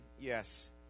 Yes